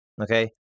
Okay